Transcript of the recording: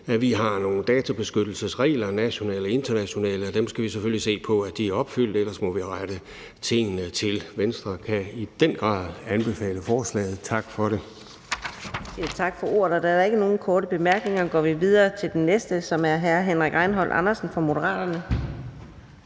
Vi har nogle nationale og internationale databeskyttelsesregler, og vi skal selvfølgelig se på, at de er opfyldt. Ellers må vi rette tingene til. Venstre kan i den grad anbefale forslaget. Tak for det. Kl. 13:23 Fjerde næstformand (Karina Adsbøl): Tak. Da der ikke er nogen korte bemærkninger, går vi videre til den næste, som er hr. Henrik Rejnholt Andersen fra Moderaterne.